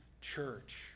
church